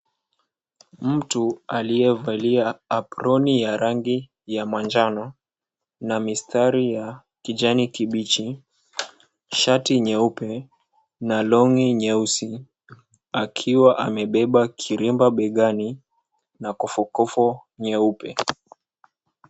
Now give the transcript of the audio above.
Mtu aliyevalia aproni ya rangi ya manjano na mistari ya kijani kibichi, shati nyeupe na longi nyeusi akiwa amebeba kiremba begani na kofokofo nyeupe.